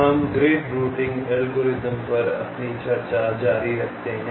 हम grid routing algorithm पर अपनी चर्चा जारी रखते हैं